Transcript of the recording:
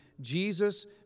Jesus